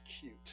cute